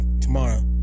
tomorrow